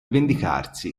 vendicarsi